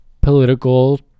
political